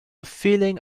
feeling